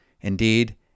Indeed